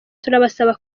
turabasaba